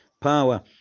power